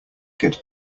get